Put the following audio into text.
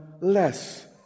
less